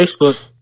Facebook